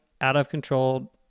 out-of-control